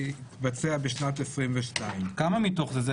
שתתבצע בשנת 2022. כמה מתוך זה הוא